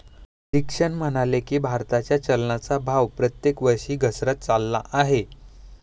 अधीक्षक म्हणाले की, भारताच्या चलनाचा भाव प्रत्येक वर्षी घसरत चालला आहे